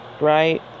right